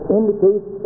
indicates